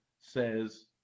says